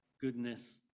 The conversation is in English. goodness